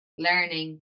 learning